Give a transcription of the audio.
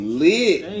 lit